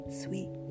sweet